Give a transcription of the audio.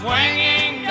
Swinging